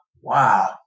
Wow